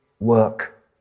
work